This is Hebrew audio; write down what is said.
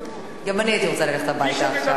גם אני הייתי רוצה ללכת הביתה עכשיו.